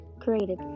created